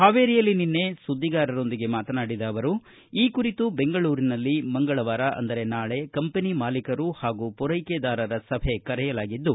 ಹಾವೇರಿಯಲ್ಲಿ ನಿನ್ನೆ ಸುದ್ವಿಗಾರರೊಂದಿಗೆ ಮಾತನಾಡಿದ ಅವರು ಈ ಕುರಿತು ಬೆಂಗಳೂರಿನಲ್ಲಿ ಮಂಗಳವಾರ ಕಂಪನಿ ಮಾಲೀಕರು ಹಾಗೂ ಪೂರೈಕೆದಾರರ ಸಭೆ ಕರೆಯಲಾಗಿದ್ದು